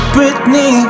Britney